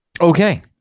okay